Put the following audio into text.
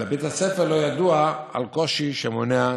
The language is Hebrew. לבית הספר לא ידוע על קושי שמונע תשלום.